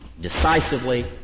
Decisively